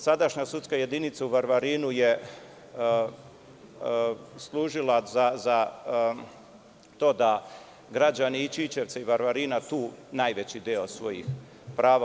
Sadašnja sudska jedinica u Varvarinu je služila za to da građani Ćićevca i Varvarina tu ostvaruju najveći deo svojih prava.